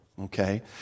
Okay